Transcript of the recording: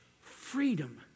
freedom